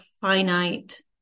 finite